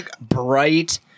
bright